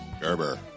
Gerber